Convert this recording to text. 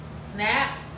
snap